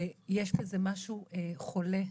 ויש בזה משהו חולה,